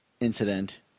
Incident